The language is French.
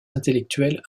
intellectuelle